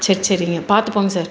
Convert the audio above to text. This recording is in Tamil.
சரி சரிங்க பார்த்து போங்க சார்